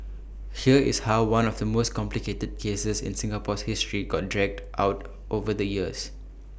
here is how one of the most complicated cases in Singapore's history got dragged out over the years